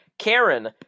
Karen